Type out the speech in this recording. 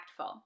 impactful